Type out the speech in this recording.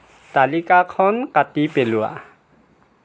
তালিকাখন কাটি পেলোৱা